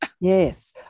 yes